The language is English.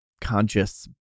conscious